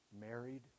married